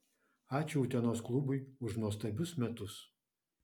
ačiū utenos klubui už nuostabius metus